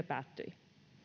päättyi